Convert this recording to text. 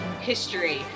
history